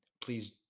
please